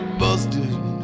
busted